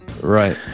Right